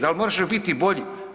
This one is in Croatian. Da li može biti bolji?